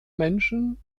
menschen